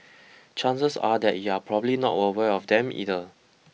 chances are that you're probably not aware of them either